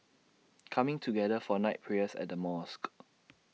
coming together for night prayers at the mosque